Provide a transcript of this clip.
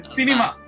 Cinema